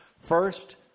First